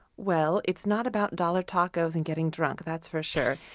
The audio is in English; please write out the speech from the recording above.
well, it's not about dollar tacos and getting drunk, that's for sure.